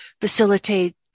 facilitate